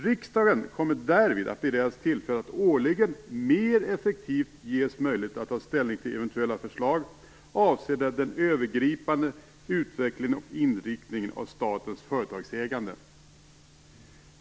Riksdagen skulle därmed årligen, mer effektivt, ges möjlighet att ta ställning till eventuella förslag avseende den övergripande utvecklingen och inriktningen av statens företagsägande.